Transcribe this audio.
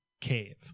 cave